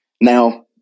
Now